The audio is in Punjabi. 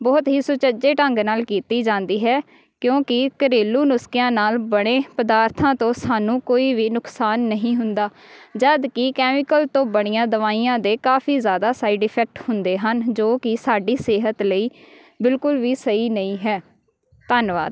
ਬਹੁਤ ਹੀ ਸੁਚੱਜੇ ਢੰਗ ਨਾਲ ਕੀਤੀ ਜਾਂਦੀ ਹੈ ਕਿਉਂਕਿ ਘਰੇਲੂ ਨੁਸਖਿਆਂ ਨਾਲ ਬਣੇ ਪਦਾਰਥਾਂ ਤੋਂ ਸਾਨੂੰ ਕੋਈ ਵੀ ਨੁਕਸਾਨ ਨਹੀਂ ਹੁੰਦਾ ਜਦੋਂ ਕਿ ਕੈਮੀਕਲ ਤੋਂ ਬਣੀਆਂ ਦਵਾਈਆਂ ਦੇ ਕਾਫੀ ਜ਼ਿਆਦਾ ਸਾਈਡ ਇਫੈਕਟ ਹੁੰਦੇ ਹਨ ਜੋ ਕਿ ਸਾਡੀ ਸਿਹਤ ਲਈ ਬਿਲਕੁਲ ਵੀ ਸਹੀ ਨਹੀਂ ਹੈ ਧੰਨਵਾਦ